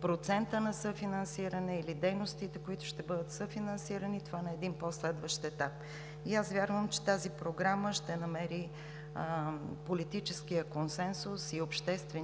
процента на съфинансиране или дейностите, които ще бъдат съфинансирани, но това на един по-следващ етап. Аз вярвам, че тази Програма ще намери политическия и обществен